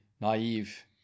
naive